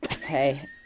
Hey